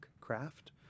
craft